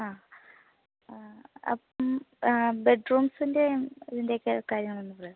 ആ ആ അപ്പം ആ ബെഡ്റൂംസിന്റെയും ഇതിന്റെയുമൊക്കെ കാര്യങ്ങളൊന്ന് പറയുമോ